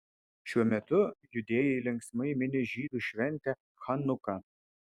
šiuo metu judėjai linksmai mini žydų šventę chanuką